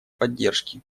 поддержке